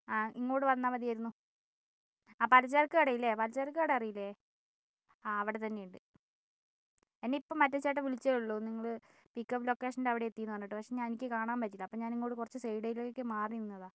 ആ ഇങ്ങോട്ട് വന്നാൽ മതിയായിരുന്നു ആ പലചരക്ക് കടയില്ലേ പലചരക്ക് കട അറിയില്ലേ ആ അവിടെ തന്നെ ഇണ്ട് എന്നെ ഇപ്പോൾ മറ്റേ ചേട്ടൻ വിളിച്ചതേയുള്ളു നിങ്ങൾ പിക് അപ്പ് ലൊക്കേഷൻ്റെ അവിടെ എത്തീന്ന് പറഞ്ഞിട്ട് പക്ഷെ എനിക്ക് കാണാൻ പറ്റിയില്ല അപ്പോൾ ഞാൻ ഇങ്ങോട്ട് കുറച്ച് സൈഡിലേക്ക് മാറി നിന്നതാ